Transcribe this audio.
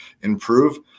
improve